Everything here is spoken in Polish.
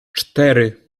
cztery